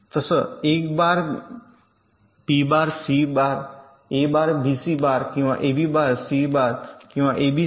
तर एक bar B bar C किंवा ए बार बीसी बार किंवा एबी बार सी बार किंवा एबी सी